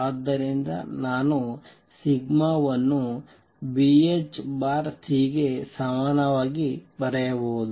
ಆದ್ದರಿಂದ ನಾನು ಸಿಗ್ಮಾವನ್ನು Bhc ಗೆ ಸಮಾನವಾಗಿ ಬರೆಯಬಹುದು